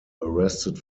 arrested